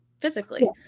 physically